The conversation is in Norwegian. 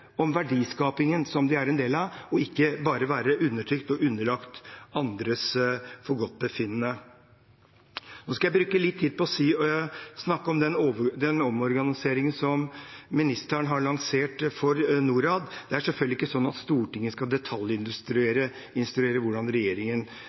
om verdiskapingen som de er en del av, og ikke bare være undertrykt og underlagt andres forgodtbefinnende. Nå skal jeg bruke litt tid på å snakke om omorganiseringen som ministeren har lansert for Norad. Det er selvfølgelig ikke sånn at Stortinget skal